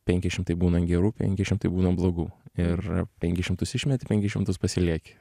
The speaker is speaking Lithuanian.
penki šimtai būna gerų penki šimtai būna blogų ir penkis šimtus išmeti penkis šimtus pasilieki